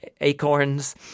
acorns